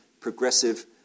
progressive